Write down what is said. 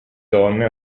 donne